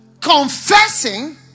Confessing